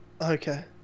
Okay